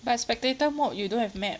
but spectator mode you don't have map